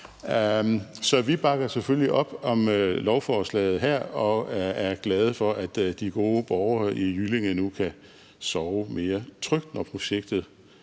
Vi bakker selvfølgelig op om lovforslaget her og er glade for, at de gode borgere i Jyllinge nu kan sove mere trygt, når projektet om